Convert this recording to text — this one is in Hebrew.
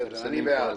ומכרסמים כל הזמן.